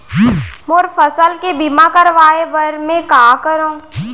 मोर फसल के बीमा करवाये बर में का करंव?